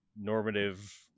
normative